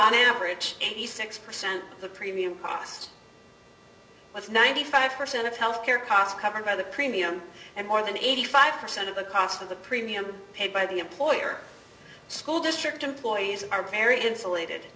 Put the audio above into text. on average eighty six percent of the premium cost less ninety five percent of health care costs covered by the premium and more than eighty five percent of the cost of the premium paid by the employer school district employees are very insulated